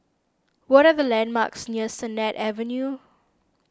what are the landmarks near Sennett Avenue